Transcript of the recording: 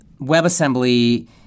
WebAssembly